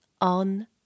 on